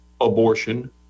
abortion